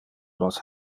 nos